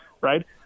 right